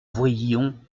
voyions